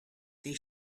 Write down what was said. they